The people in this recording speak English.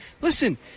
listen